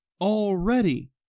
already